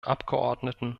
abgeordneten